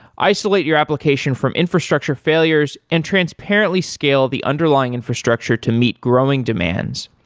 isolate your application from infrastructure failures and transparently scale the underlying infrastructure to meet growing demands,